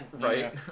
right